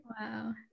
Wow